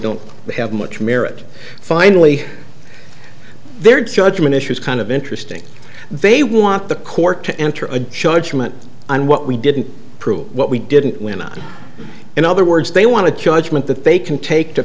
don't have much merit finally their judgment issue is kind of interesting they want the court to enter a judgment on what we didn't prove what we didn't win on in other words they want to judgment that they can take t